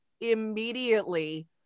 immediately